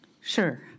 Sure